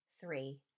three